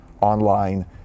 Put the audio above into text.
online